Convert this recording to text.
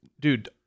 Dude